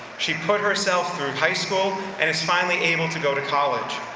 she put herself through high school and is finally able to go to college.